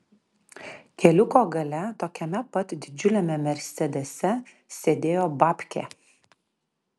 keliuko gale tokiame pat didžiuliame mersedese sėdėjo babkė